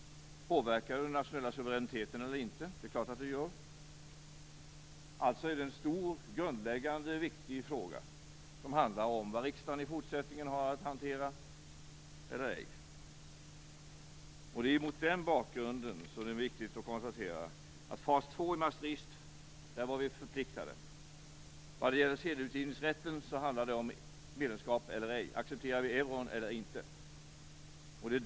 Påverkar EMU den nationella suveräniteten eller inte? Det är klart att EMU gör det. Det är en stor, grundläggande och viktig fråga som handlar om vad riksdagen i fortsättningen har att hantera eller inte hantera. Mot den bakgrunden är det viktigt att konstatera att vi var förpliktade när det gällde fas två enligt Maastrichtavtalet. När det gäller sedelutgivningsrätten handlar det om medlemskap och huruvida vi accepterar euron.